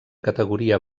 categoria